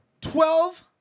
Twelve